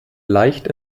leicht